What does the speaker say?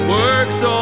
work's